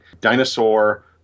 Dinosaur